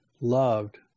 loved